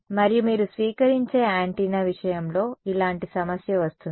మరియు మీరు స్వీకరించే యాంటెన్నా విషయంలో ఇలాంటి సమస్య వస్తుంది